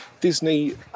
Disney